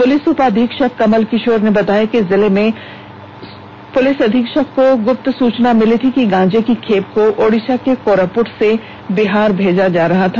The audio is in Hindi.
पुलिस उपाधीक्षक कमल किशोर ने बताया कि जिले के पुलिस अधीक्षक को गुप्त सूचना मिली थी कि गांजे की खेप को ओड़िसा के कोरापट से बिहार भेजा जा रहा था